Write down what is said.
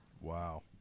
Wow